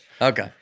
Okay